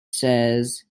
says